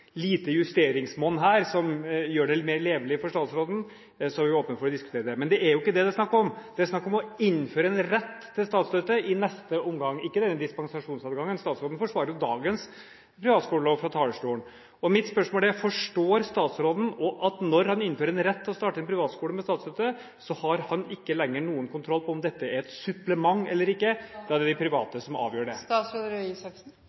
lite justeringsmonn som gjør det mer levelig for statsråden, er vi åpne for å diskutere det. Men det er jo ikke det det er snakk om. Det er snakk om å innføre en rett til statsstøtte i neste omgang, ikke denne dispensasjonsadgangen. Statsråden forsvarer jo dagens privatskolelov fra talerstolen. Mitt spørsmål er: Forstår statsråden at når han innfører en rett til å starte en privatskole med statsstøtte, har han ikke lenger noen kontroll på om dette er et supplement eller ikke, at det da er de private som avgjør det? For det første vil jeg si at det er